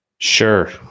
Sure